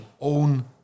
own